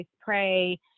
pray